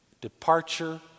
departure